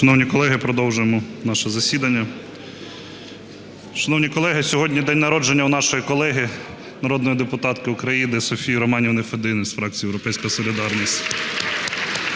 Шановні колеги, сьогодні день народження у нашої колеги народної депутатки України Софії Романівни Федини з фракції "Європейська солідарність".